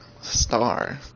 star